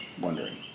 wondering